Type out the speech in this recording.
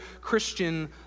Christian